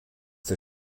der